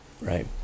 Right